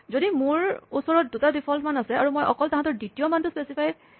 যদি মোৰ ওচৰত দুটা ডিফল্ট মান আছে আৰু মই অকল তাহাঁতৰ দ্বিতীয় মানটো স্পেচিফাই কৰাটো সম্ভৱ নহয়